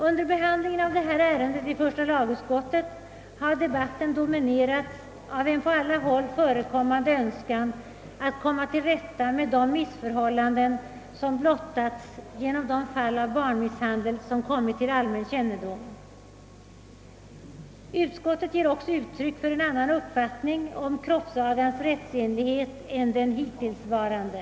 Under behandlingen av detta ärende i första lagutskottet har debatten dominerats av en på alla håll förekommande önskan att komma till rätta med de missförhållanden som blottats genom de fall av barnmisshandel som kommit till allmän kännedom. Utskottet ger också uttryck för en annan uppfattning om kroppsagans rättsenlighet än den hittillsvarande.